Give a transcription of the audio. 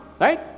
right